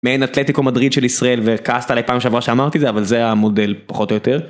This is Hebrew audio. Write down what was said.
מאין אטלטיקו מדריד של ישראל וכעסת עלי פעם שעברה שאמרתי את זה אבל זה המודל פחות או יותר.